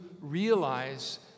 realize